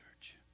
church